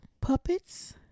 puppets